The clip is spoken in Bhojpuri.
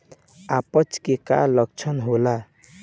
अपच के का लक्षण होला?